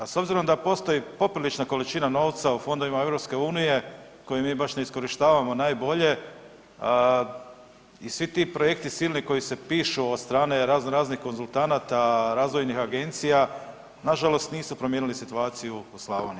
S obzirom da postoji poprilična količina novca u fondovima EU koje mi baš ne iskorištavamo najbolje i svi ti projekti silni koji se pišu od strane raznoraznih konzultanata, razvojnih agencija nažalost nisu promijenili situaciju u Slavoniji.